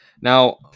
Now